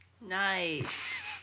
Nice